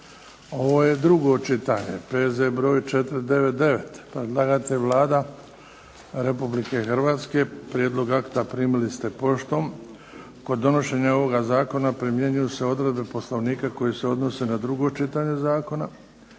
drugo čitanje, P.Z. br. 499 Predlagatelj Vlada Republike Hrvatske. Prijedlog akta primili ste poštom. Kod donošenja ovoga zakona primjenjuju se odredbe Poslovnika koje se odnose na drugo čitanje zakona.